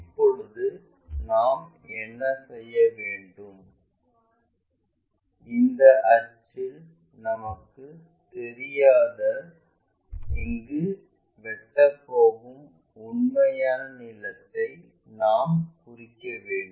இப்போது நாம் என்ன செய்ய வேண்டும் இந்த அச்சில் நமக்குத் தெரியாத இங்கு வெட்டப் போகும் உண்மையான நீளத்தை நாம் குறிக்க வேண்டும்